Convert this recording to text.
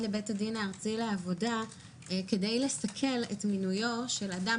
בית הדין הארצי לעבודה כדי לסכל את מינויו של אדם